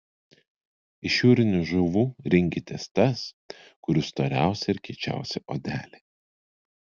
iš jūrinių žuvų rinkitės tas kurių storiausia ir kiečiausia odelė